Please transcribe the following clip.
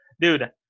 dude